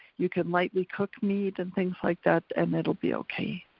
you can lightly cook meat and things like that and it'll be okay.